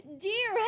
dear